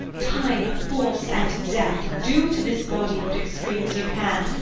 time, force, and death, do to this body what extremes you can,